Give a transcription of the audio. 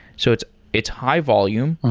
so it's it's high volume.